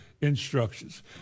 instructions